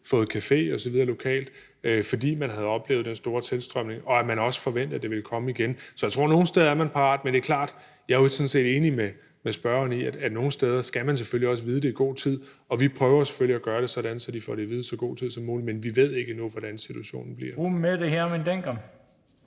fået café osv. lokalt, fordi man havde oplevet den store tilstrømning, og at man også forventede, at det ville komme igen. Så jeg tror, at man nogle steder er parat, men det er selvfølgelig klart – det er jeg sådan set enig med spørgeren i – at man nogle steder også skal vide det i god tid, og vi prøver selvfølgelig at gøre det sådan, at de får det at vide i så god tid som muligt. Men vi ved endnu ikke, hvordan situationen bliver. Kl. 17:13 Den fg. formand (Bent